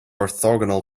orthogonal